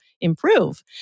improve